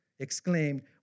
exclaimed